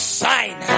sign